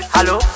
Hello